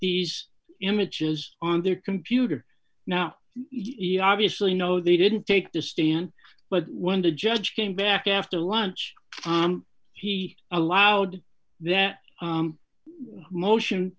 these images on their computer now you obviously know they didn't take the stand but when the judge came back after lunch he allowed that motion